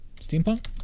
Steampunk